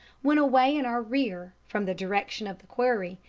when away in our rear, from the direction of the quarry,